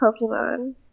Pokemon